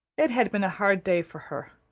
it had been a hard day for her,